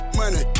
money